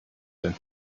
sein